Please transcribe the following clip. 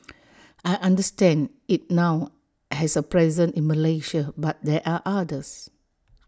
I understand IT now has A presence in Malaysia but there are others